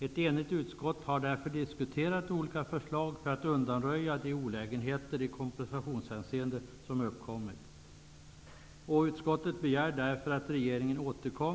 Ett enigt utskott har därför diskuterat olika förslag för att undanröja de olägenheter i kompensationshänseende som uppkommit.